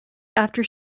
after